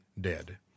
dead